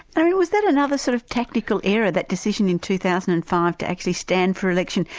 and and was that another sort of technical error that decision in two thousand and five to actually stand for election,